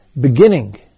beginning